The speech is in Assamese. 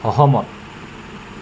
সহমত